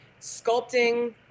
sculpting